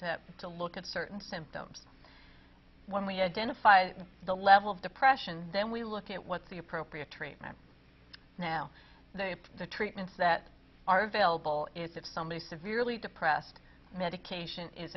to look at certain symptoms when we identify the level of depression then we look at what's the appropriate treatment now the treatments that are available if it's somebody severely depressed medication is